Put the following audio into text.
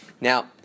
Now